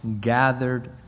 gathered